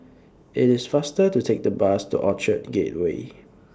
IT IS faster to Take The Bus to Orchard Gateway